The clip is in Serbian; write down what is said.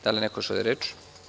Da li neko želi reč?